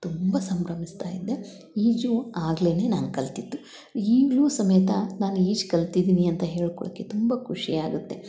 ತುಂಬ ಸಂಭ್ರಮಿಸ್ತ ಇದ್ದೆ ಈಜು ಆಗ್ಲೇ ನಾನು ಕಲ್ತಿದ್ದು ಈಗಲು ಸಮೇತ ನಾನು ಈಜು ಕಲ್ತಿದ್ದೀನಿ ಅಂತ ಹೇಳ್ಕೊಳ್ಳಕ್ಕೆ ತುಂಬ ಖುಷಿ ಆಗುತ್ತೆ